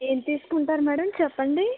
ఏమి తీసుకుంటారు మేడం చెప్పండి